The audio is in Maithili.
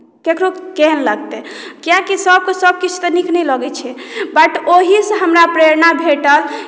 ककरो केहन लगतै कियाकि सबकेँ सभकिछु तऽ नीक नहि लगैत छै बट ओहीसँ हमरा प्रेरणा भेटल